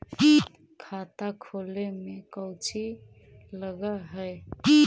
खाता खोले में कौचि लग है?